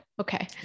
Okay